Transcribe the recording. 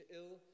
ill